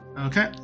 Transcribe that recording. Okay